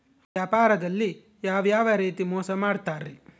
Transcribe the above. ವ್ಯಾಪಾರದಲ್ಲಿ ಯಾವ್ಯಾವ ರೇತಿ ಮೋಸ ಮಾಡ್ತಾರ್ರಿ?